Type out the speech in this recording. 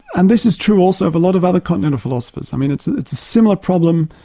and this is true also of a lot of other continental philosophers. i mean it's it's a similar problem,